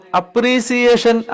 appreciation